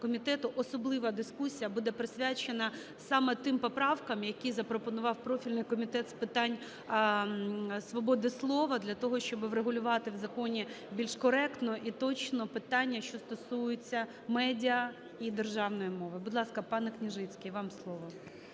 особлива дискусія буде присвячена саме тим поправкам, які запропонував профільний Комітет з питань свободи слова, для того щоб врегулювати в законі більш коректно і точно питання, що стосуються медіа і державної мови. Будь ласка, пане Княжицький, вам слово.